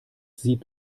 sieb